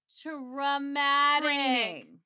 Traumatic